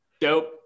Dope